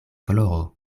gloro